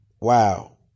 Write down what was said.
wow